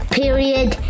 period